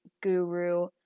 guru